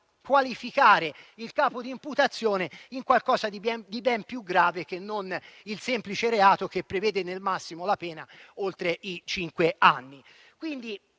qualificare il capo di imputazione in qualcosa di ben più grave che non il semplice reato che prevede nel massimo la pena oltre i cinque anni. Quindi,